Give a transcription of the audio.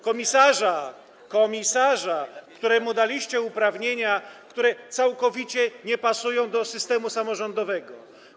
Komisarza, któremu daliście uprawnienia, które całkowicie nie pasują do systemu samorządowego.